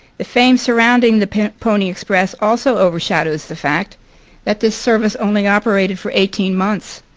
the fame surrounding the pony express also overshadows the fact that this service only operated for eighteen months,